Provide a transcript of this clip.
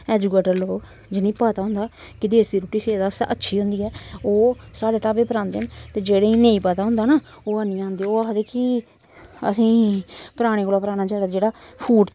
educated लोग जि'नें ई पता होंदा कि देसी रुट्टी सैह्त आस्तै अच्छी होंदी ऐ ओह् साढ़े ढाबे उप्पर औंदे न ते जेह्ड़ें गी नेईं पता होंदा ना ओह् हैन्नी औंदे ओह् आखदे कि असें गी पराने कोला पराना जेह्ड़ा जेह्ड़ा फूड